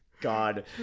god